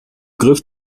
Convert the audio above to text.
griff